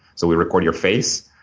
so we record your face,